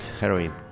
heroin